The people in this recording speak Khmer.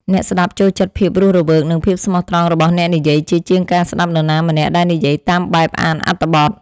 អ្នកស្ដាប់ចូលចិត្តភាពរស់រវើក និងភាពស្មោះត្រង់របស់អ្នកនិយាយជាជាងការស្តាប់នរណាម្នាក់ដែលនិយាយតាមបែបអានអត្ថបទ។